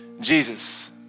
Jesus